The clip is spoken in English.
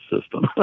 system